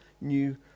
new